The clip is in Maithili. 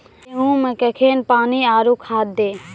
गेहूँ मे कखेन पानी आरु खाद दिये?